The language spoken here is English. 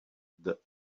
the